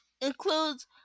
includes